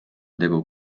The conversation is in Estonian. tegu